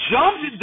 Jumped